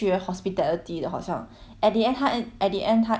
at the end 她 and at the end 她 in 就是 intern 在 McDonald's eh